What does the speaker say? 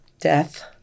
death